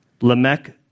Lamech